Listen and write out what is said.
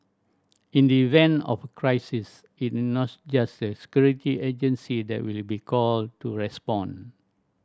in the event of a crisis it is not just the security agency that will be called to respond